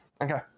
Okay